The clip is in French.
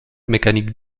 mécanique